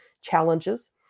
challenges